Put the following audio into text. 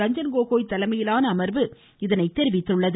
ரஞ்சன் கோகோய் தலைமையிலான அமர்வு இதனை தெரிவித்தது